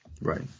Right